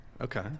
Okay